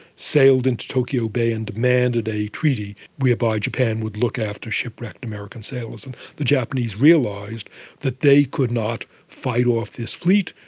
sailed into tokyo bay and demanded a treaty whereby japan would look after shipwrecked american sailors. and the japanese realised that they could not fight off this fleet,